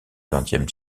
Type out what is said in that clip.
vingtième